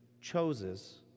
chooses